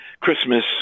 Christmas